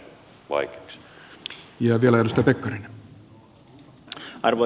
arvoisa puhemies